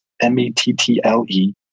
M-E-T-T-L-E